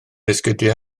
esgidiau